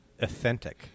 authentic